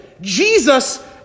Jesus